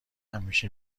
همیشه